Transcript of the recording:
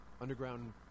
underground